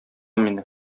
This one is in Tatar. мине